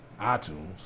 itunes